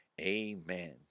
amen